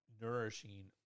nourishing